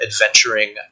adventuring